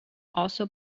also